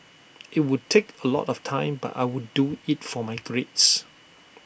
IT would take A lot of time but I would do IT for my grades